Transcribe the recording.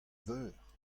veur